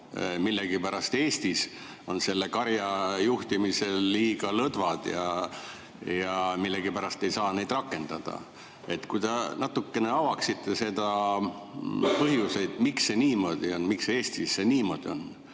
millegipärast Eestis on selle karja juhtimisel liiga lõdvad ja millegipärast ei saa neid rakendada. Kas te natuke avaksite neid põhjuseid, miks see Eestis niimoodi on?